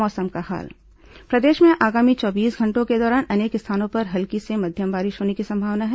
मौसम प्रदेश में आगामी चौबीस घंटों के दौरान अनेक स्थानों पर हल्की से मध्यम बारिश होने की संभावना है